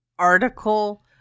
article